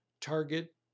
target